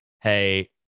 hey